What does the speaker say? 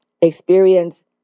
experience